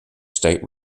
state